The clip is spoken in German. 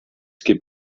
gibt